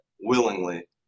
willingly